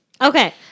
Okay